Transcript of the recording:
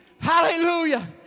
hallelujah